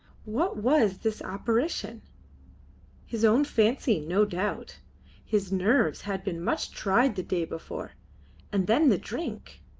what was this apparition his own fancy, no doubt his nerves had been much tried the day before and then the drink!